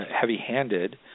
heavy-handed